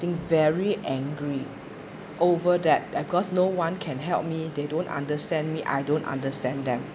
~ting very angry over that of course no one can help me they don't understand me I don't understand them